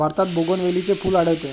भारतात बोगनवेलीचे फूल आढळते